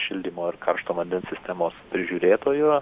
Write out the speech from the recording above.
šildymo ir karšto vandens sistemos prižiūrėtoju